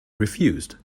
refused